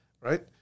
right